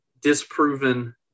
disproven